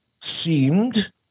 seemed